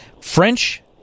French